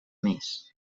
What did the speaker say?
més